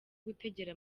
gutegera